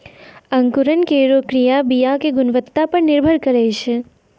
अंकुरन केरो क्रिया बीया क गुणवत्ता पर निर्भर करै छै